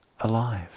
alive